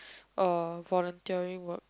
uh volunteering work